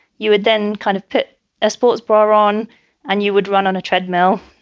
you would then kind of put a sports bra on and you would run on a treadmill.